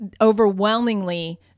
Overwhelmingly